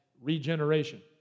regeneration